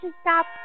stop